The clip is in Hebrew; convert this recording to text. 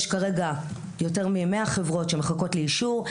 יש כרגע יותר ממאה חברות שמחכות לאישור,